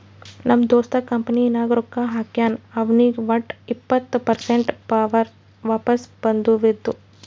ನಮ್ ದೋಸ್ತ ಕಂಪನಿ ನಾಗ್ ರೊಕ್ಕಾ ಹಾಕ್ಯಾನ್ ಅವ್ನಿಗ್ ವಟ್ ಇಪ್ಪತ್ ಪರ್ಸೆಂಟ್ ವಾಪಸ್ ಬದುವಿಂದು